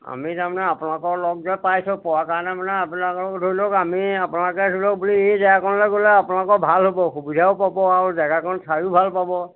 আমি তাৰমানে আপোনালোকক লগযে পাইছোঁ পোৱাৰ কাৰণে মানে আপোনালোকক ধৰি লওক আমি আপোনালোকে ধৰি লওক বুলি এই জেগাকনলে গ'লে আপোনালোকৰ ভাল হ'ব সুবিধাও পাব আৰু জেগাকণ চাইয়ো ভাল পাব